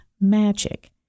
magic